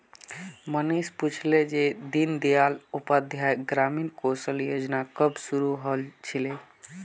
मनीष पूछले जे दीन दयाल उपाध्याय ग्रामीण कौशल योजना कब शुरू हल छिले